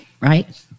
right